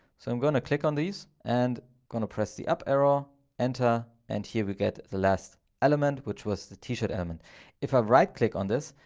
so i'm going to click on these and going to press the up arrow, enter. and here we get the last element which was the t-shirt element. and if i right click on this,